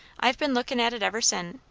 i've been lookin' at it ever sen.